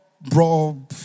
bro